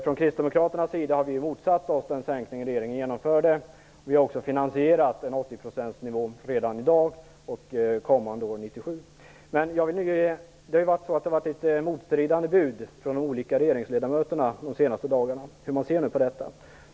Från Kristdemokraternas sida har vi motsatt oss den sänkning regeringen genomförde, och vi har också finansierat en 80-procentsnivå redan i dag och kommande år, 1997. Det har ju varit litet motstridiga bud från olika regeringsledamöter de senaste dagarna om hur man ser på detta.